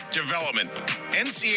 development